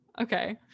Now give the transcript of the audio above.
Okay